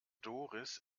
doris